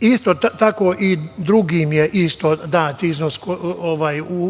isto tako i drugim je isto dat iznos